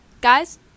Guys